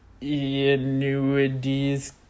annuities